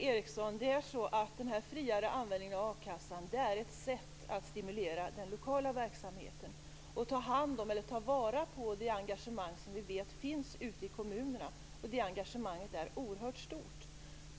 Fru talman! Det är så, Dan Ericsson, att den friare användningen av a-kassan är ett sätt att stimulera den lokala verksamheten och att ta vara på det engagemang som vi vet finns i kommunerna. Det engagemanget är oerhört stort.